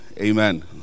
amen